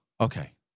Okay